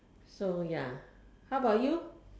so ya how about you